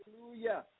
Hallelujah